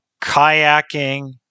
kayaking